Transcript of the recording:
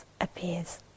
appears